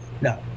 no